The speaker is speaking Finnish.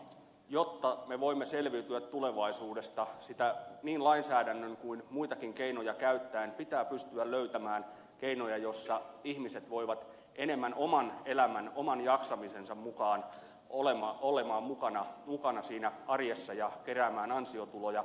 jotta me voimme selviytyä tulevaisuudesta niin lainsäädännön kuin muitakin keinoja käyttäen pitää pystyä löytämään keinoja joilla ihmiset voivat enemmän oman elämän oman jaksamisensa mukaan olla mukana arjessa ja kerätä ansiotuloja